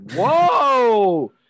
Whoa